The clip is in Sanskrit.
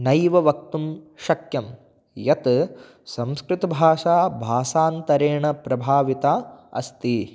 नैव वक्तुं शक्यं यत् संस्कृतभाषा भाषान्तरेण प्रभाविता अस्ति